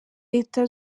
leta